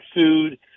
food